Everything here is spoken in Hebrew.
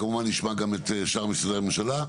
כמובן נשמע גם את שאר משרדי הממשלה,